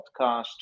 podcast